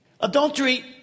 Adultery